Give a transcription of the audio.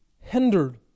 hindered